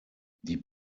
die